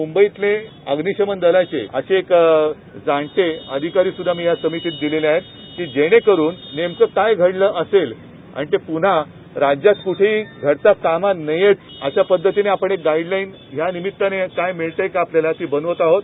मूंबईतले अग्निशमक दलाचे असे एक जाणते अधिकारी सूद्धा मी या समितीमध्ये दिलेले आहेत की जेणे करुन नेमकं काय घडलं असेल आणि ते पून्हा राज्यात कुठेही घडता कामा नयेच अशा पद्धतीने आपण एक गाईडलाईन या निमित्तानं काही मिळतंय काय आपल्याला ती बनवत आहोत